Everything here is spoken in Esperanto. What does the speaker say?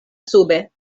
sube